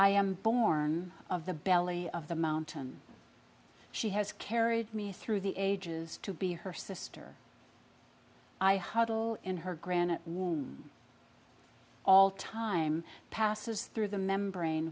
i am born of the belly of the mountain she has carried me through the ages to be her sister i huddle in her granite womb all time passes through the membrane